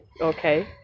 okay